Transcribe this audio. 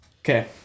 okay